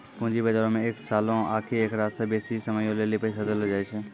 पूंजी बजारो मे एक सालो आकि एकरा से बेसी समयो लेली पैसा देलो जाय छै